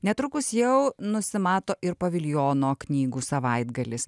netrukus jau nusimato ir paviljono knygų savaitgalis